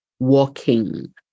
walking